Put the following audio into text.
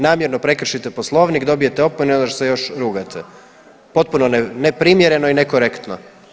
Namjerno prekršite Poslovnik, dobijete opomenu i onda se još rugate, potpuno neprimjereno i nekorektno.